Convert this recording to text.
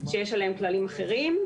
שיש עליהם כללים אחרים.